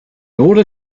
order